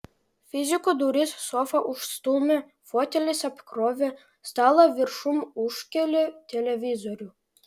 fiziko duris sofa užstūmė foteliais apkrovė stalą viršum užkėlė televizorių